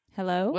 Hello